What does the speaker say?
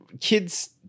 kids